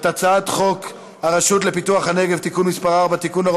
את הצעת חוק הרשות לפיתוח הנגב (תיקון מס' 4) (תיקון)